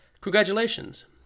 Congratulations